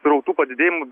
srautų padidėjimu